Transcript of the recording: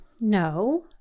No